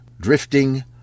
drifting